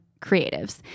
creatives